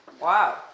Wow